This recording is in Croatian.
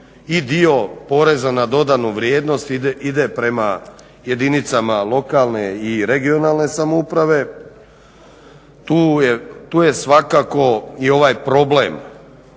u kojoj je i dio PDV-a ide prema jedinicama lokalne i regionalne samouprave. Tu je svakako i ovaj problem